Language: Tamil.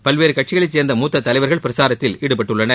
பல்வேறு கட்சிகளை சேர்ந்த மூத்த தலைவர்கள் பிரசாரத்தில் ஈடுபட்டுள்ளனர்